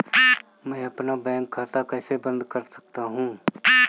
मैं अपना बैंक खाता कैसे बंद कर सकता हूँ?